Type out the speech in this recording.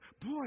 boy